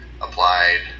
applied